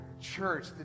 church